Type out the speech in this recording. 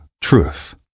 truth